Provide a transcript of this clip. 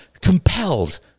compelled